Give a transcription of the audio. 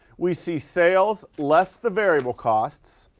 we see sales less the variable costs,